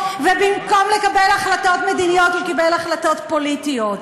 ובמקום לקבל החלטות מדיניות הוא קיבל החלטות פוליטיות.